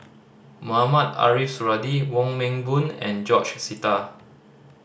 Mohamed Ariff Suradi Wong Meng Voon and George Sita